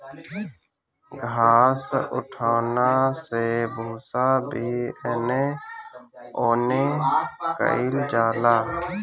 घास उठौना से भूसा भी एने ओने कइल जाला